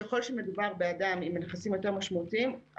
ככל שמדובר באדם עם נכסים משמעותיים יותר,